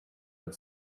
and